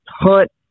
hunt